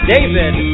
David